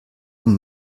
und